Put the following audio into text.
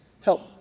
Help